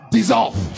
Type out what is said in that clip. Dissolve